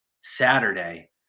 Saturday